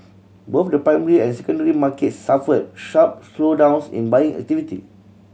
both the primary and secondary markets suffered sharp slowdowns in buying activity